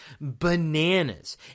bananas